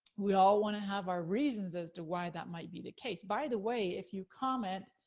we all wanna have our reasons as to why that might be the case. by the way, if you comment,